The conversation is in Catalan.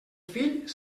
fill